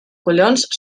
collons